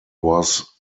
was